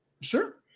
Sure